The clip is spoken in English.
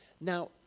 Now